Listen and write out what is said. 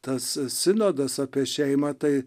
tas sinodas apie šeimą tai